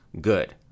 Good